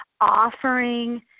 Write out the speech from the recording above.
offering